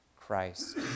Christ